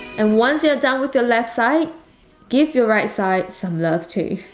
and once you're done with your left side give your right side some love too